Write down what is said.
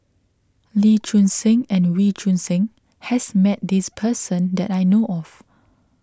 Lee Choon Seng and Wee Choon Seng has met this person that I know of